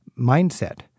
mindset